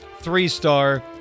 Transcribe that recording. three-star